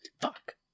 Fuck